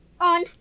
on